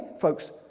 folks